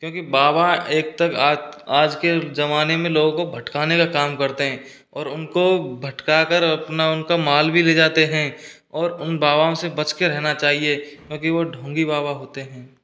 क्योंकि बाबा एक तक आ आज के जमाने में लोगो को भटकाने का काम करते हैं और उनको भटका कर अपना उनका माल भी ले जाते हैं और उन बाबाओं से बच कर रहना चाहिए क्योंकि वह ढोंगी बाबा होते हैं